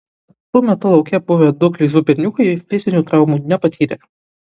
tuo metu lauke buvę du kleizų berniukai fizinių traumų nepatyrė